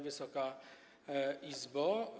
Wysoka Izbo!